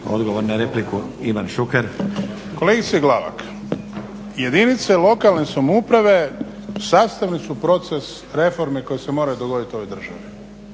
Odgovor na repliku, Ivan Šuker. **Šuker, Ivan (HDZ)** Kolegice Glavak, jedinice lokalne samouprave sastavile su proces reforme koje se moraju dogoditi u ovoj državi